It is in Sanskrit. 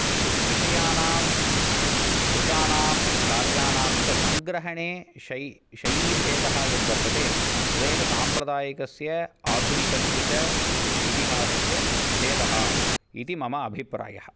यत् विषयणां कृताणां कार्याणाम् च सङ्ग्रहणे शै शैलीभेदः यत् वर्तते तदेव साम्प्रदायिकस्य आधुनिकस्य च इतिहसस्य भेदः इति मम अभिप्रायः